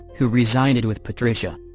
who resided with patricia.